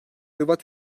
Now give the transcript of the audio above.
hırvat